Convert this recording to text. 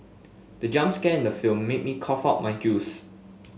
the jump scare in the film made me cough out my juice